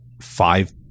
five